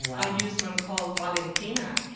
i use one called valentina,